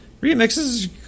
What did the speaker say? remixes